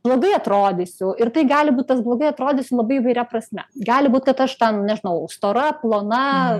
blogai atrodysiu ir tai gali būt tas blogai atrodys labai įvairia prasme gali būt kad aš ten nežinau stora plona